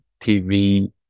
TV